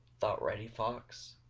thought reddy fox.